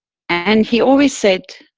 and, he always said,